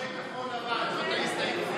לחברי כחול לבן, זאת ההסתייגות.